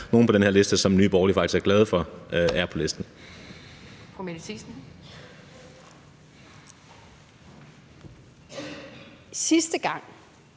også er nogle, som Nye Borgerlige faktisk er glade for er på listen.